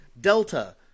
Delta